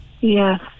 Yes